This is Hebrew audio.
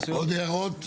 עוד הערות?